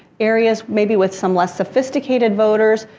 areas maybe with some less sophisticated voters,